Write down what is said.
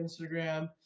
Instagram